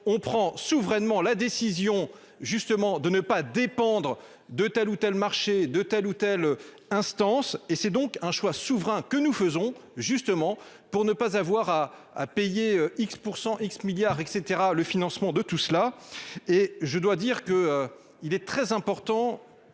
On prend souverainement la décision justement de ne pas dépendre de tel ou tel marché de telle ou telle instance. Et c'est donc un choix souverain que nous faisons justement pour ne pas avoir à à payer X % X milliards et caetera, le financement de tout cela et je dois dire que. Il est très important.